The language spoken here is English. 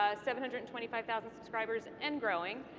ah seven hundred and twenty five thousand subscribers and growing.